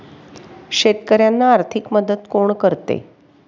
शेतकऱ्यांना आर्थिक मदत कोण करते?